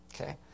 Okay